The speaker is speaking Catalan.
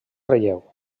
relleu